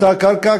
אותה קרקע,